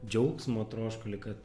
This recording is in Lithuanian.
džiaugsmo troškulį kad